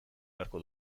beharko